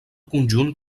conjunt